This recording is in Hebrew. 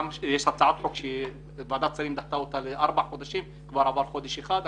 יש הצעת חוק שוועדת השרים דחתה אותה בארבעה חודשים כבר עבר חודש אחד.